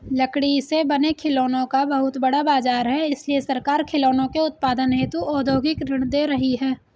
लकड़ी से बने खिलौनों का बहुत बड़ा बाजार है इसलिए सरकार खिलौनों के उत्पादन हेतु औद्योगिक ऋण दे रही है